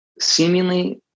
Seemingly